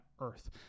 earth